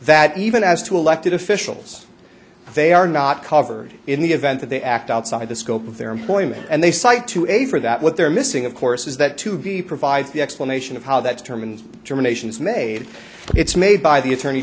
that even as to elected officials they are not covered in the event that they act outside the scope of their employment and they cite to a for that what they're missing of course is that to be provides the explanation of how that determined determination is made it's made by the attorney